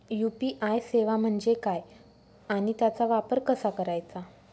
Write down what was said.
UPI सेवा म्हणजे काय आणि त्याचा वापर कसा करायचा?